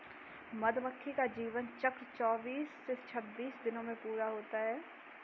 मधुमक्खी का जीवन चक्र चौबीस से छब्बीस दिनों में पूरा होता है